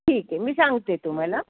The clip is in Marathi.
ठीक आहे मी सांगते तुम्हाला